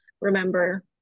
remember